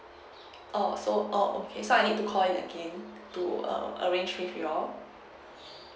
oh so oh okay so I need to call you again to err arrange with you all